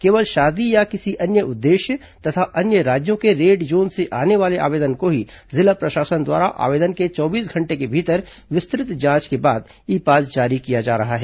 केवल शादी या किसी अन्य उद्देश्य तथा अन्य राज्यों के रेड जोन से आने वाले आवेदन को ही जिला प्रशासन द्वारा आवेदन के चौबीस घंटे के भीतर विस्तुत जांच के बाद ई पास जारी किया जा रहा है